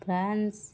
France